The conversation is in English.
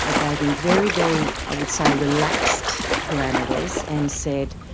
ah gave him very, very i would say relaxed parameters and said,